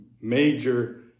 major